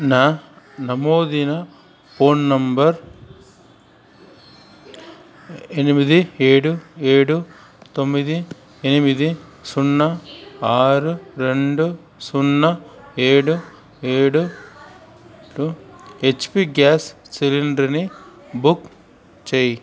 నా నమోదైన phone number ఎనిమిది ఏడు ఏడు తొమ్మిది ఎనిమిది సున్నా ఆరు రెండు సున్నా ఏడు ఏడుతో హెచ్పి గ్యాస్ సిలిండర్ని బుక్ చెయ్యి